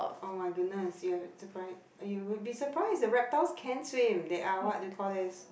oh my goodness you have surprised you will be surprised that reptiles can swim they are what do you call this